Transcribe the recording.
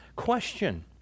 Question